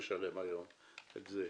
הוא כבר משלם היום את זה.